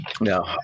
No